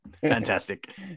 Fantastic